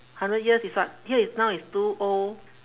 hundred years is what here is now is two O